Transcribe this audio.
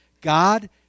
God